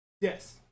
Yes